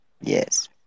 Yes